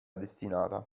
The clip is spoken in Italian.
destinata